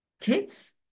kids